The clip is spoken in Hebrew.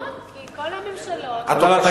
נכון, כי כל הממשלות, חברת הכנסת תירוש.